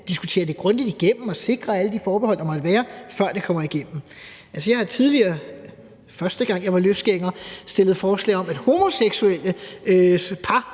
diskutere det grundigt igennem og sikre alle de forbehold, der måtte være, før det kommer igennem. Altså, jeg har tidligere – da jeg første gang var løsgænger – fremsat forslag om, at homoseksuelle par